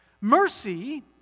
Mercy